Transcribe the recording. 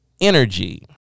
energy